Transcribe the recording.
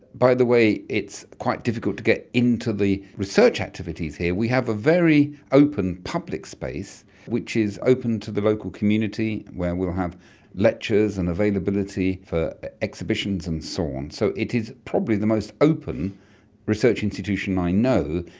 by the way, it's quite difficult to get into the research activities here, we have a very open public space which is open to the local community, where we will have lectures and availability for exhibitions and so on. so it is probably the most open research institution i know,